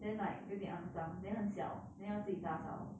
then like 有点肮脏 then 很小 then 要自己打扫